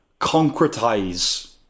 concretize